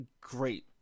great